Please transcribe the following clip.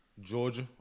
Georgia